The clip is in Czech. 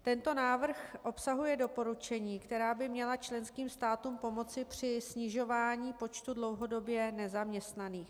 Tento návrh obsahuje doporučení, která by měla členským státům pomoci při snižování počtu dlouhodobě nezaměstnaných.